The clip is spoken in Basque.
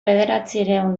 bederatziehun